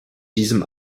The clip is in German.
diesem